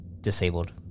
disabled